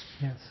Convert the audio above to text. Yes